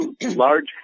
large